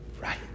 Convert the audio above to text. right